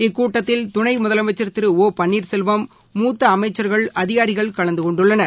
இக்கூட்டத்தில் துணைமுதலமைச்ச் திரு ஒ பள்ளீர்செல்வம் மூத்தஅமைச்ச்கள் அதிகாரிகள் கலந்த கொண்டுள்ளனர்